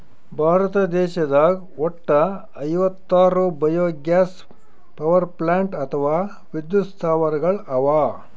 ಭಾರತ ದೇಶದಾಗ್ ವಟ್ಟ್ ಐವತ್ತಾರ್ ಬಯೊಗ್ಯಾಸ್ ಪವರ್ಪ್ಲಾಂಟ್ ಅಥವಾ ವಿದ್ಯುತ್ ಸ್ಥಾವರಗಳ್ ಅವಾ